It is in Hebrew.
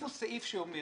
הוסיפו סעיף שאומר